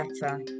better